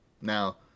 Now